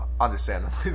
understandably